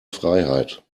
freiheit